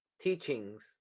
teachings